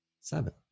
seven